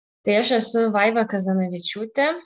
tai aš esu vaiva kazanavičiūtė